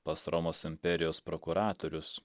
pas romos imperijos prokuratorius